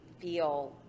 feel